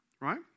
right